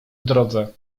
drodze